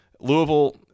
Louisville